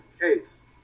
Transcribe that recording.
case